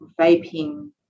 vaping